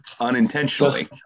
unintentionally